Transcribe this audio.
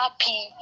happy